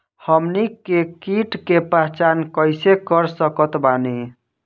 हमनी के कीट के पहचान कइसे कर सकत बानी?